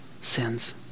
sins